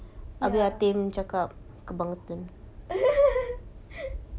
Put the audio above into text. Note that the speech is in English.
ya